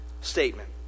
statement